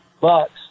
bucks